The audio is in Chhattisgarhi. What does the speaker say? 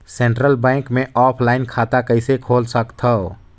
सेंट्रल बैंक मे ऑफलाइन खाता कइसे खोल सकथव?